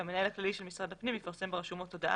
והמנהל הכללי של משרד הפנים יפרסם ברשומות הודעה